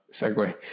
segue